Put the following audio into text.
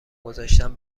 گذاشتن